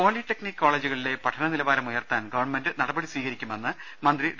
polytechnic കോളേജുകളിലെ പഠന നിലവാരമുയർത്താൻ ഗവൺമെന്റ് നടപടി സ്വീകരിക്കുമെന്ന് മന്ത്രി ഡോ